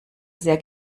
sehr